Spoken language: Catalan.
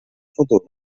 futur